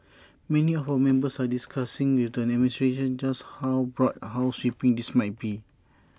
many of our members are discussing with the administration just how broad how sweeping this might be